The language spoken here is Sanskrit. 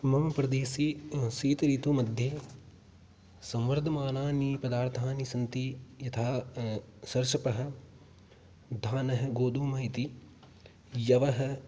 मम प्रदेशे शीत ऋतुमध्ये संवर्धमानानि पदार्थाः सन्ति यथा सर्षपः धानः गोधुमः इति यवः